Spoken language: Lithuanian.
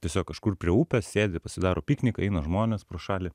tiesiog kažkur prie upės sėdi pasidaro pikniką eina žmonės pro šalį